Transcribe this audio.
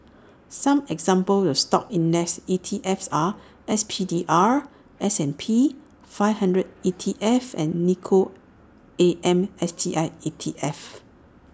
some examples of stock index E T Fs are S P D R S and P five hundred E T F and Nikko A M S T I E T F